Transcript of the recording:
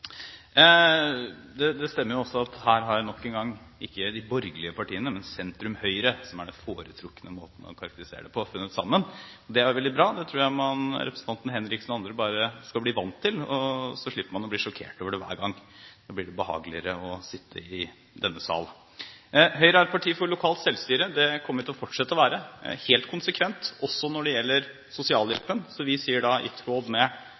representantene våre stemmer riktig. Det stemmer at her har nok en gang ikke de borgerlige partiene, men sentrum–høyre, som er den foretrukne måten å karakterisere det på, funnet sammen. Det er veldig bra. Det tror jeg representanten Henriksen og andre bare skal bli vant til, så slipper man å bli sjokkert over det hver gang. Da blir det behageligere å sitte i denne sal. Høyre er et parti for lokalt selvstyre. Det kommer vi til å fortsette å være – helt konsekvent, også når det gjelder sosialhjelpen. Så vi sier i tråd med